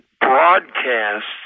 broadcasts